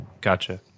Gotcha